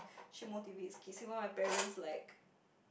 she motivates kids even my parents like